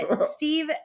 Steve